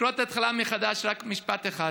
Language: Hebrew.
לקראת ההתחלה מחדש, רק משפט אחד: